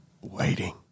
waiting